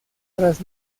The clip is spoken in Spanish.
tras